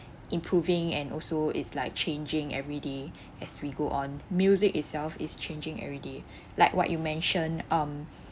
improving and also is like changing everyday as we go on music itself is changing everyday like what you mentioned um